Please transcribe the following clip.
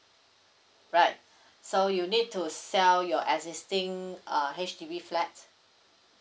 right so you need to sell your existing uh H_D_B flat